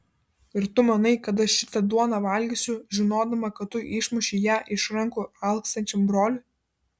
ir tu manai kad aš šitą duoną valgysiu žinodama kad tu išmušei ją iš rankų alkstančiam broliui